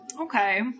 Okay